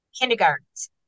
kindergartens